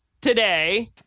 today